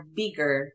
bigger